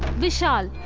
vishal